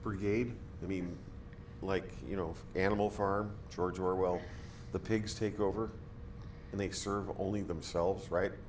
brigade i mean like you know animal farm george orwell the pigs take over and they serve only themselves right